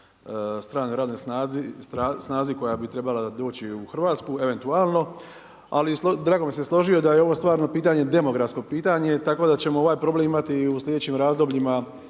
stranoj radnoj snazi koja bi trebala doći u Hrvatsku eventualno, ali bi se složio da je ovo stvarno pitanje demografsko pitanje tako da ćemo ovaj problem imati i u sljedećim razdobljima